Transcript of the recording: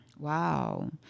Wow